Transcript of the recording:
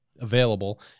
available